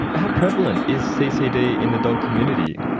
how prevalent is ccd in the dog community?